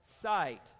sight